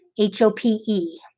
H-O-P-E